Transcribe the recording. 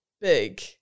big